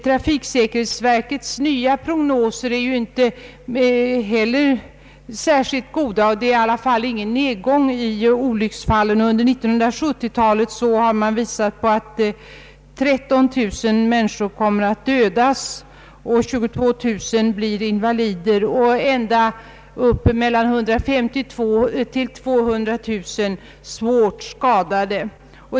Trafiksäkerhetsverkets nya prognoser är inte heller särskilt goda, och det väntas ingen nedgång i antalet olycksfall. Man har beräknat att under 1970 talet 13 000 människor kommer att dödas i trafiken i vårt land och 22 000 blir invalider. Ända upp till mellan 150 000 och 200000 kommer att bli svårt skadade.